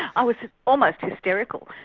i was almost hysterical.